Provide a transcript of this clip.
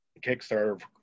Kickstarter